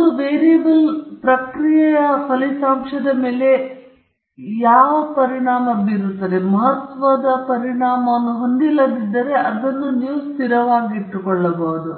ಒಂದು ವೇರಿಯೇಬಲ್ ಪ್ರಕ್ರಿಯೆಯ ಫಲಿತಾಂಶದ ಮೇಲೆ ಮಹತ್ವದ ಅಥವಾ ಮಹತ್ವದ ಪರಿಣಾಮವನ್ನು ಹೊಂದಿಲ್ಲದಿದ್ದರೆ ಅದನ್ನು ಸ್ಥಿರವಾಗಿಟ್ಟುಕೊಳ್ಳಬಹುದು